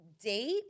date